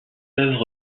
œuvre